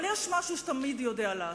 אבל יש משהו שאתה תמיד יודע לעשות: